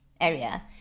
area